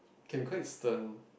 can be quite stern